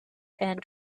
end